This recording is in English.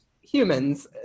humans